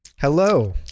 Hello